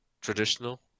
traditional